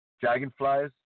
Dragonflies